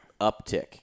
uptick